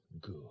good